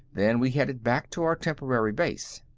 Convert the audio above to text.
then we headed back to our temporary base.